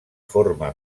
forma